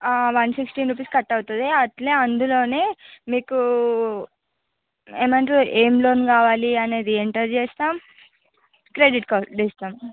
one sixteen rupees cut అవుతుంది అట్లే అందులోనే మీకు అమౌంట్ ఏమి లోన్ కావాలి అనేది ఎంటర్ చేస్తాం క్రెడిట్ కార్డు ఇస్తాం